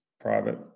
private